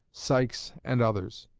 sykes, and others.